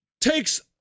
takes